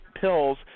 pills